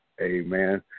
Amen